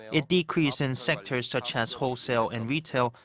it decreased in sectors such as wholesale and retail,